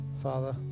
Father